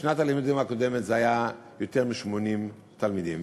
בשנת הלימודים הקודמת היו יותר מ-80 תלמידים,